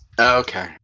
Okay